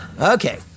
Okay